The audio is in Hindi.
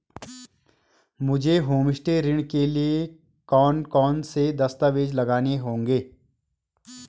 मुझे होमस्टे ऋण के लिए कौन कौनसे दस्तावेज़ लगाने होंगे?